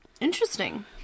Interesting